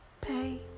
pay